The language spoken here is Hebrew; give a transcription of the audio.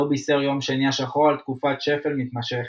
לא בישר יום שני השחור על תקופת שפל מתמשכת,